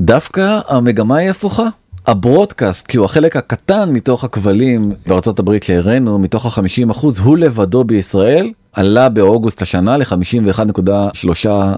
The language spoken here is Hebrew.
דווקא המגמה היא הפוכה, הברודקאסט שהוא החלק הקטן מתוך הכבלים בארה״ב שהראינו, מתוך החמישים אחוז, הוא לבדו בישראל עלה באוגוסט השנה ל 51.3